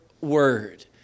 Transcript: word